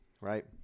right